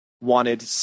wanted